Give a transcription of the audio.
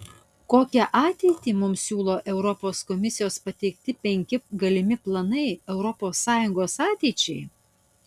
kokią ateitį mums siūlo europos komisijos pateikti penki galimi planai europos sąjungos ateičiai